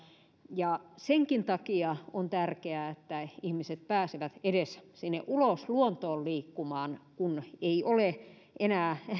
ja senkin takia on tärkeää että ihmiset pääsevät edes sinne ulos luontoon liikkumaan kun ei ole enää